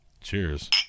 cheers